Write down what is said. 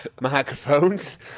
microphones